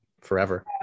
forever